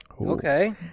Okay